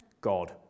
God